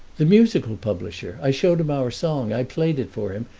the musical publisher. i showed him our song. i played it for him,